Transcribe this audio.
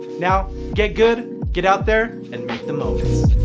now get good, get out there, and make the moments.